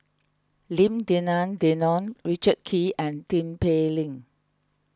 Lim Denan Denon Richard Kee and Tin Pei Ling